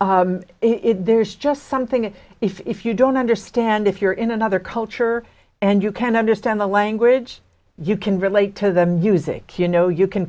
in there is just something that if you don't understand if you're in another culture and you can understand the language you can relate to the music you know you can